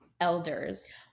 elders